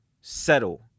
settle